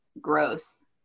gross